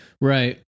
right